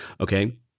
Okay